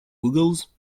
googles